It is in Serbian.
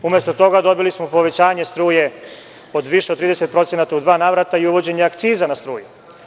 Umesto toga, dobili smo povećanje struje za više od 30% u dva navrata i uvođenje akciza na struju.